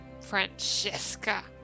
Francesca